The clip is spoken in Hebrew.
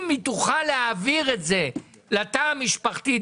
אם היא תוכל להעביר את זה לתא המשפחתי,